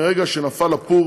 מהרגע שנפל הפור